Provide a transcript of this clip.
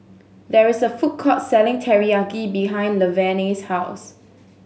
there is a food court selling Teriyaki behind Laverne's house